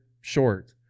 short